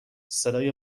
صدای